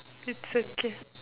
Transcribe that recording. it's okay